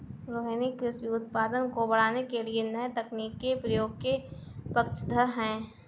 रोहिनी कृषि उत्पादन को बढ़ाने के लिए नए तकनीक के प्रयोग के पक्षधर है